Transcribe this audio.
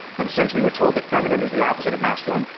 and since we were told that feminine is the opposite of masculine,